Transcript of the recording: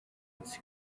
its